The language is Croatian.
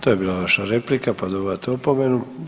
To je bila vaša replika, pa dobivate opomenu.